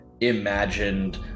imagined